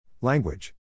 Language